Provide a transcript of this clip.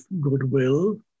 goodwill